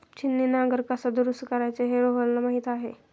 छिन्नी नांगर कसा दुरुस्त करायचा हे रोहनला माहीत आहे